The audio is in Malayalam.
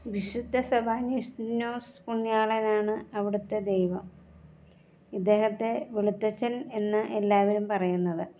വിശുദ്ധസഭ ഇഗ്നോസ് പുണ്യാളനാണ് അവിടുത്തെ ദൈവം ഇദ്ദേഹത്തെ വെളുത്തച്ഛൻ എന്നു എല്ലാവരും പറയുന്നത്